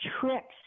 tricks